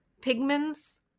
pigments